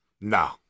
No